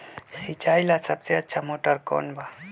सिंचाई ला सबसे अच्छा मोटर कौन बा?